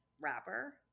wrapper